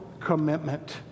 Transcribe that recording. commitment